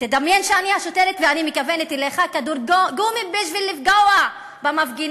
ותדמיין שאני השוטרת ואני מכוונת אליך כדור גומי בשביל לפגוע במפגינים.